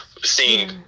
seeing